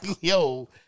yo